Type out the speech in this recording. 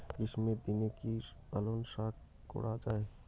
গ্রীষ্মের দিনে কি পালন শাখ করা য়ায়?